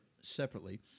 separately